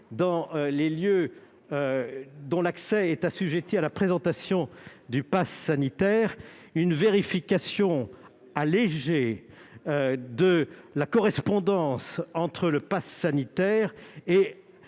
dans les lieux dont l'accès est assujetti à la présentation du passe sanitaire une vérification allégée de la correspondance entre le passe sanitaire et